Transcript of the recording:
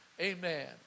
Amen